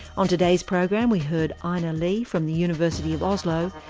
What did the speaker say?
on today's program we heard einar lie from the university of oslo,